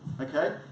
Okay